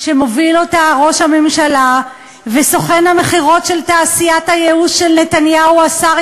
כך שתוארו של הסטטיסטיקן הממשלתי יהיה מעתה הסטטיסטיקן